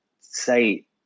say